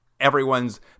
Everyone's